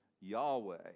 Yahweh